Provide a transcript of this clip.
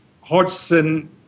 Hodgson